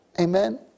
Amen